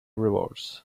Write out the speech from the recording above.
rewards